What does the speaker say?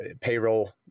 payroll